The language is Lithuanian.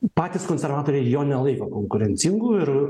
patys konservatoriai jo nelaiko konkurencingu ir